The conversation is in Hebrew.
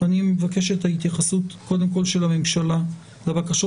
אני מבקש את ההתייחסות של הממשלה לבקשות